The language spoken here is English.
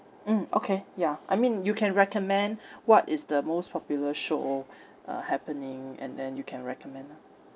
mm okay ya I mean you can recommend what is the most popular show uh happening and then you can recommend ah